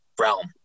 realm